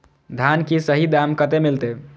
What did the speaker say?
धान की सही दाम कते मिलते?